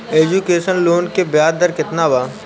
Education loan के ब्याज दर केतना बा?